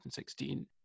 2016